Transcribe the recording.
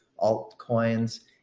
altcoins